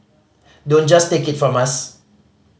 don't just take it from us